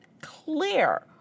clear